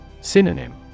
Synonym